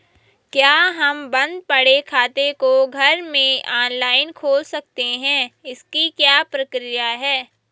क्या हम बन्द पड़े खाते को घर में ऑनलाइन खोल सकते हैं इसकी क्या प्रक्रिया है?